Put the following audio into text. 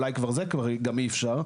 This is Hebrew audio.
אולי גם את זה כבר אי אפשר.